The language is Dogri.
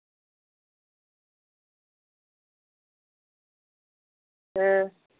ते